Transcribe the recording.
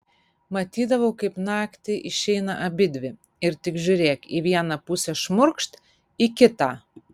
matydavau kaip naktį išeina abidvi ir tik žiūrėk į vieną pusę šmurkšt į kitą